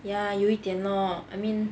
ya 有一点 orh I mean